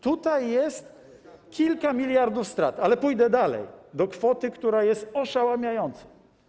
Tutaj jest kilka miliardów strat, ale przejdę dalej, do kwoty, która jest oszałamiająca.